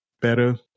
better